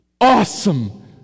Awesome